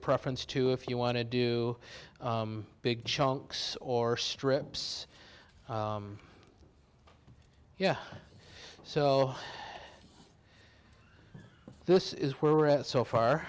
preference too if you want to do big chunks or strips yeah so this is where we're at so far